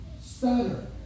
stutter